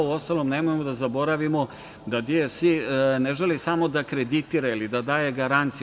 Uostalom, nemojmo da zaboravimo da DFC ne želi samo da kreditira ili da daje garancije.